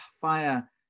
fire